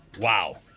Wow